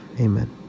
Amen